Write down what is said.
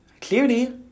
Clearly